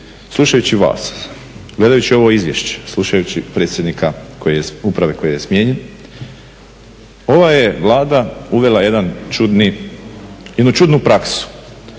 slušajući vas, gledajući ovo izvješće, slušajući predsjednika uprave koji je smijenjen ova je Vlada uvela jedan čudni, jednu